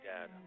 Dad